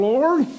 Lord